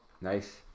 Nice